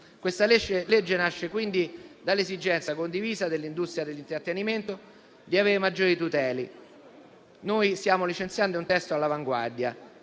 esame nasce quindi dall'esigenza condivisa dell'industria dell'intrattenimento di avere maggiori tutele. Stiamo licenziando un testo all'avanguardia